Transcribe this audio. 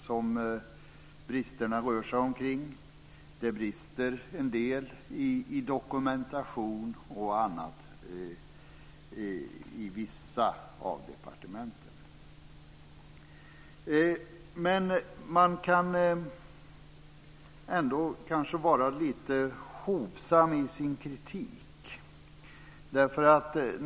Det brister en del bl.a. i dokumentationen i vissa av departementen. Ändå kan man kanske vara lite hovsam i sin kritik.